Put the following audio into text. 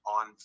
on